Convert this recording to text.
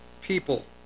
people